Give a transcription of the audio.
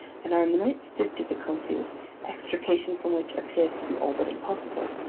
and are in the midst of difficulties, extrication from which appears to be all but impossible.